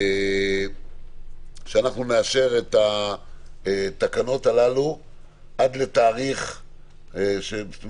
שנאשר את התקנות הללו והן